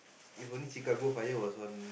if only Chicago Fire was on